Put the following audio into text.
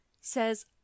says